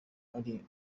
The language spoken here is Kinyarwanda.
ari